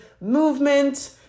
movement